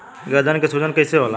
गर्दन के सूजन कईसे होला?